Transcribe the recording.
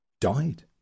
died